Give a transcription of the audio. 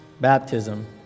baptism